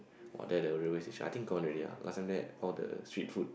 !wah! there the railway station I think gone already lah last time there all the street food